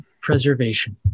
Preservation